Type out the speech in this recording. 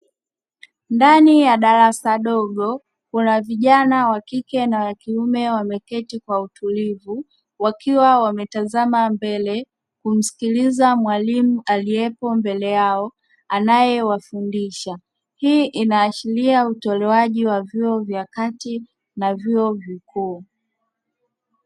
Ndani ya darasa dogo kuna vijana wakike na wakiume wameketi kwa utulivu, wakiwa wanatazama mbele kumsikiliza mwalimu aliyepo mbele yao, anae wafundisha hii inaashiria utolewaji wa vyuo vya kati na vyuo vikuu.